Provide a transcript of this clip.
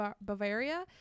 Bavaria